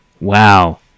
Wow